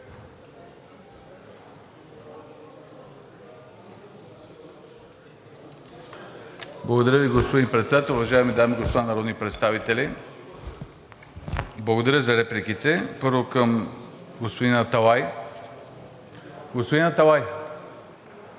Благодаря Ви, господин Председател. Уважаеми дами и господа народни представители! Благодаря за репликите. Първо, към господин Аталай. Господин Аталай!